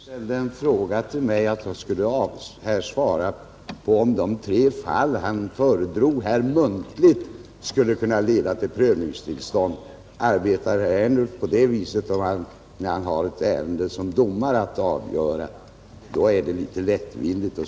Herr talman! Herr Ernulf ställde en fråga till mig; han ville att jag skulle svara på om de tre fall som han muntligen redogjorde för skulle kunna leda till prövningstillstånd. Arbetar herr Ernulf på det sättet när han som domare har att avgöra ett ärende tycker jag att han arbetar litet lättvindigt.